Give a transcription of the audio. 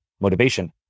motivation